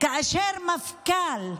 כאשר מפכ"ל,